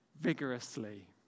vigorously